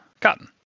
Cotton